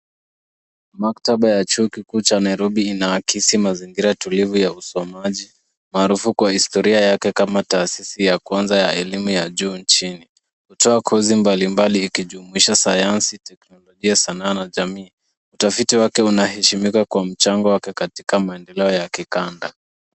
Maktaba ya chuo kikuu cha Nairobi inaakisi mazingira tulivu ya usomaji maarufu kwa historia yake kama taasisi ya kwanza ya elimu ya juu nchini. Hutoa kosi mbali mbali ikijumuisha sayansi, teknolojia, sanaa na jamii . Utafiti wake unaheshimiwa kwa mchango wake katika maendeleo ya kikanda.